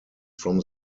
from